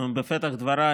בפתח דבריי,